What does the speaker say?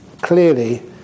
clearly